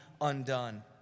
undone